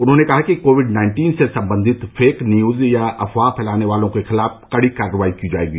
उन्होंने कहा कि कोविड नाइन्टीन से संबंधित फेक न्यूज या अफवाह फैलाने वालों के खिलाफ कड़ी कार्रवाई की जायेगी